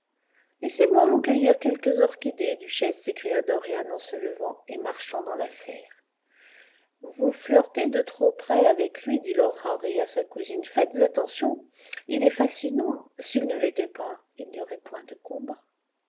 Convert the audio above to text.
laissez-moi vous cueillir quelques orchidées duchesse s'écria dorian en se levant et marchant dans la serre vous flirtez de trop près avec lui dit lord henry à sa cousine faites attention il est fascinant s'il ne l'était pas il n'y aurait point de combat